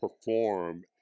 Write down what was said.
perform